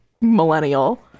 millennial